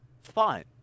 fine